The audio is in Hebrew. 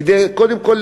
קודם כול,